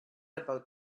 about